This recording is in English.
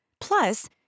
Plus